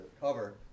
cover